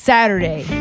Saturday